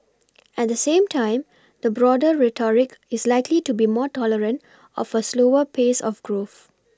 at the same time the broader rhetoric is likely to be more tolerant of a slower pace of growth